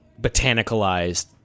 botanicalized